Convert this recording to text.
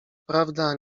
prawda